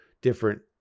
different